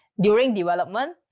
during development,